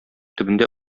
төбендә